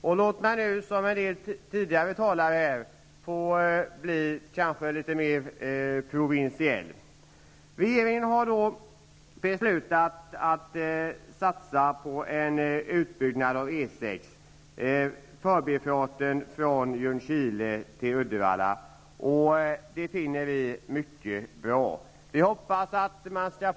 Kanske blir jag i det här sammanhanget litet mer provinsiell, liksom en del talare tidigare här har varit. Regeringen har alltså beslutat om satsningar på en utbyggnad av E 6:an. Jag tänker då på förbifarten på sträckan från Ljungskile till Uddevalla. Vi tycker att det är mycket bra att detta beslut har fattats.